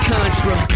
Contra